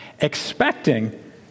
expecting